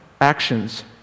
actions